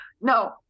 No